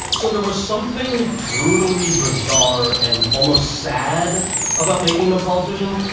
so there was something brutally bizarre and almost sad about making him a politician.